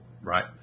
right